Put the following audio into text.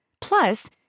Plus